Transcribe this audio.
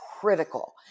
critical